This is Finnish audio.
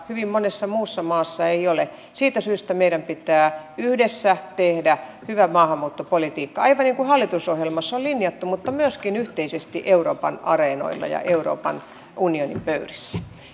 hyvin monessa muussa maassa ei ole siitä syystä meidän pitää yhdessä tehdä hyvä maahanmuuttopolitiikka aivan niin kuin hallitusohjelmassa on linjattu mutta myöskin yhteisesti euroopan areenoilla ja euroopan unionin pöydissä